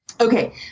Okay